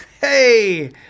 Hey